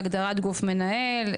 בהגדרת "גוף מנהל",